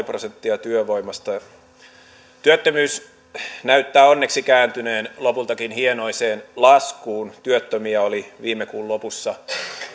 prosenttia työvoimasta työttömyys näyttää onneksi kääntyneen lopultakin hienoiseen laskuun työttömiä oli viime kuun lopussa